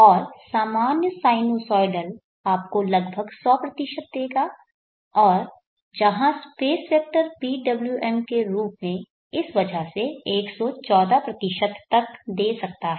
और सामान्य साइनुसॉइडल आपको लगभग 100 देगा और जहां स्पेस वेक्टर PWM के रूप में इस वजह से 114 तक दे सकता है